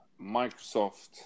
Microsoft